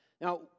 Now